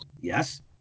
Yes